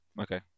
Okay